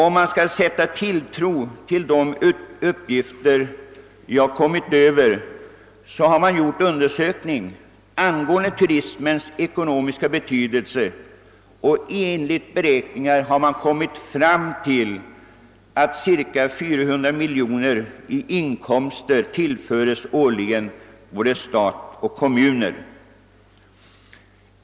Om man skall sätta tilltro till de uppgifter jag kommit över, har man gjort undersökning angående turismens ekonomiska betydelse och enligt beräkningar kommit fram till att cirka 400 miljoner i inkomster tillföres årligen stat och kommuner genom turismen.